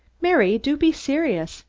mary, do be serious!